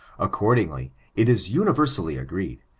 accordingly, it is universally agreed,